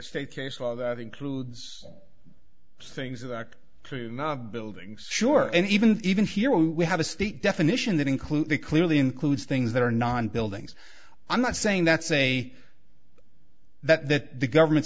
state case law that includes things that are true not buildings sure and even even here we have a state definition that include the clearly includes things that are non buildings i'm not saying that say that that the government's